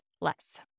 less